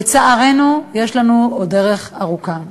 לצערנו יש לנו עוד דרך ארוכה.